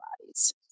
bodies